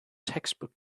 textbook